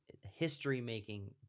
history-making